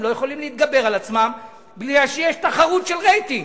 הם לא יכולים להתגבר על עצמם בגלל שיש תחרות של רייטינג.